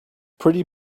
pretty